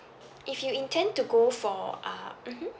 if you intend to go for uh mmhmm